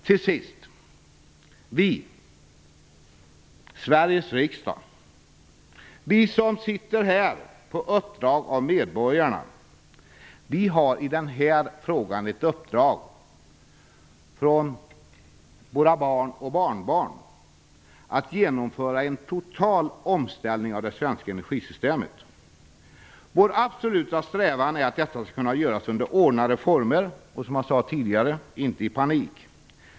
Till sist: Vi, Sveriges riksdag, som sitter här på uppdrag av medborgarna har i denna fråga uppdraget från våra barn och barnbarn att genomföra en total omställning av det svenska energisystemet. Vår absoluta strävan är att detta skall kunna göras under ordnade former och, som sagt, inte i panik.